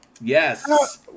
Yes